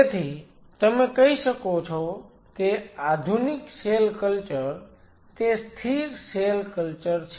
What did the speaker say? તેથી તમે કહી શકો છો કે આધુનિક સેલ કલ્ચર તે સ્થિર સેલ કલ્ચર છે